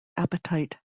appetite